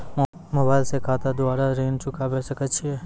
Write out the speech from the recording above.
Mobile से खाता द्वारा ऋण चुकाबै सकय छियै?